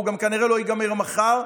והוא כנראה גם לא ייגמר מחר,